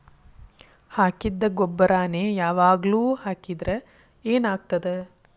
ಹಾಕಿದ್ದ ಗೊಬ್ಬರಾನೆ ಯಾವಾಗ್ಲೂ ಹಾಕಿದ್ರ ಏನ್ ಆಗ್ತದ?